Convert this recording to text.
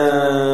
זה תלוי בו.